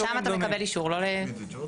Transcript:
שם אתה מקבל אישור לא לשלם.